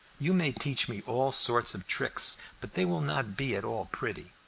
you may teach me all sorts of tricks, but they will not be at all pretty.